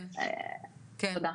תודה.